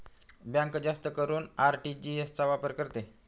bank जास्त करून RTGS चा वापर करते